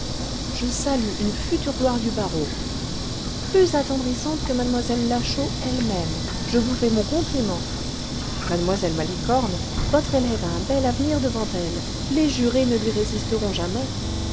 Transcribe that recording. je salue une future gloire du barreau plus attendrissante que m e lachaud elle-même je vous fais mon compliment mue malicorne votre élève a un bel avenir devant elle les jurés ne lui résisteront jamais